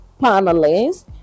panelists